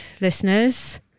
listeners